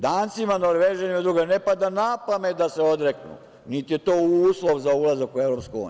Dancima i Norvežanima ne pada na pamet da se odreknu, niti je to uslov za ulazak u EU.